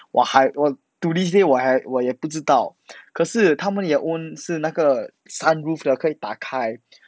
我还我 to this day 我还我也不知道可是他们有 own 是那个 sun roof 的可以打开